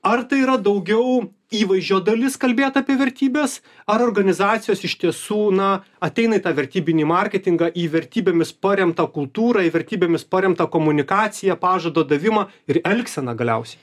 ar tai yra daugiau įvaizdžio dalis kalbėt apie vertybes ar organizacijos iš tiesų na ateina į tą vertybinį marketingą į vertybėmis paremtą kultūrą į vertybėmis paremtą komunikaciją pažado davimą ir elgseną galiausiai